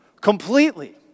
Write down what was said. completely